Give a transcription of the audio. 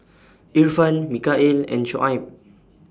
Irfan Mikhail and Shoaib